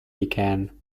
began